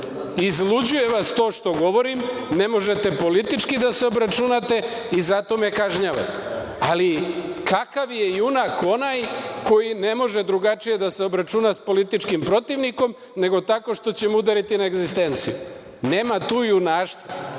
uspeva. Izluđuje vas to što govorim, ne možete politički da se obračunate i zato me kažnjavate. Ali, kakav je junak onaj koji ne može drugačije da se obračuna s političkim protivnikom, nego tako što će mu udariti na egzistenciju? Nema tu junaštva,